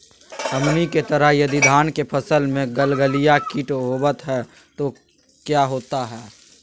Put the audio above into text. हमनी के तरह यदि धान के फसल में गलगलिया किट होबत है तो क्या होता ह?